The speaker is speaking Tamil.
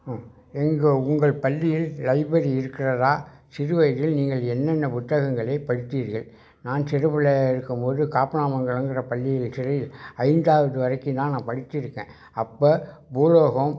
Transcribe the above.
ம் எங்கள் உங்கள் பள்ளியில் லைப்ரரி இருக்கிறதா சிறு வயதில் நீங்கள் என்னென்ன புத்தகங்களை படித்தீர்கள் நான் சிறுபிள்ளையாக இருக்கும் போது காப்பனாமங்களம்ங்கிற பள்ளியில் ஐந்தாவது வரைக்கும்தான் நான் படிச்சுருக்கேன் அப்போ பூலோகம்